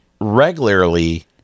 regularly